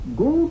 go